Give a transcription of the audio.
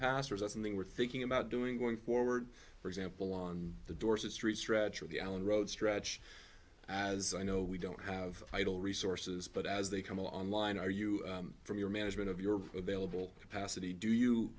past or is that something we're thinking about doing going forward for example on the dorset street stretch of the allen road stretch as i know we don't have idle resources but as they come online are you from your management of your available capacity do you